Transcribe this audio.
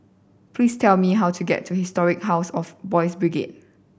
please tell me how to get to Historic House of Boys' Brigade